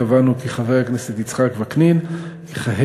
קבענו כי חבר הכנסת יצחק וקנין יכהן